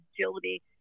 agility